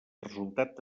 resultat